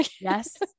Yes